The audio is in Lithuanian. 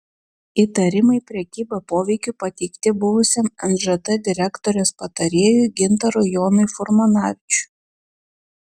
įtarimai prekyba poveikiu pateikti buvusiam nžt direktorės patarėjui gintarui jonui furmanavičiui